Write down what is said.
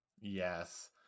Yes